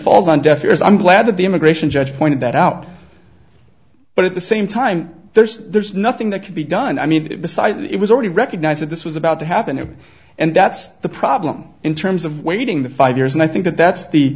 falls on deaf ears i'm glad that the immigration judge pointed that out but at the same time there's nothing that can be done i mean it was already recognize that this was about to happen there and that's the problem in terms of waiting the five years and i think that that's the